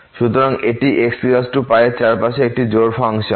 সুতরাং এটি xπ এর চারপাশে একটি জোড় ফাংশন